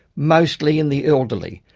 mostly in the elderly.